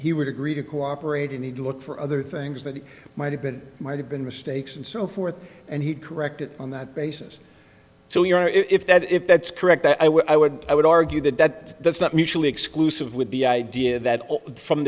he would agree to cooperate and he'd look for other things that might have been might have been mistakes and so forth and he corrected on that basis so you know if that if that's correct i would i would i would argue that that that's not mutually exclusive with the idea that from